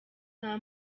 nta